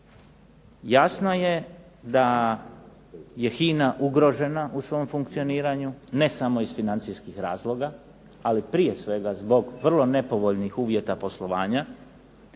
Jasno je da je HINA ugrožena u svom funkcioniranju ne samo iz financijskih razloga, ali prije svega zbog vrlo nepovoljnih uvjeta poslovanja